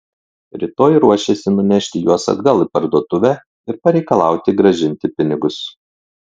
rytoj ruošėsi nunešti juos atgal į parduotuvę ir pareikalauti grąžinti pinigus